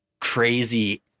crazy